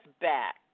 back